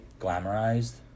glamorized